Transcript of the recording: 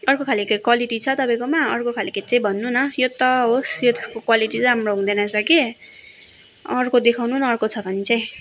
अर्को खालको क्वालिटी छ तपाईँकोमा अर्को खालको चाहिँ भन्नु न यो त होस यसको क्वालिटी राम्रो हुँदैन रहेछ कि अर्को देखाउनु न अर्को छ भने चाहिँ